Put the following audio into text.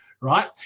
Right